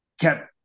kept